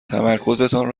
تمرکزتان